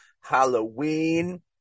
Halloween